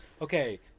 okay